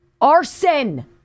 arson